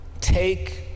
take